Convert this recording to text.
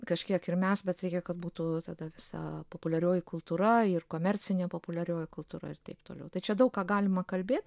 kažkiek ir mes bet reikia kad būtų tada visa populiarioji kultūra ir komercinė populiarioji kultūra ir taip toliau tai čia daug ką galima kalbėt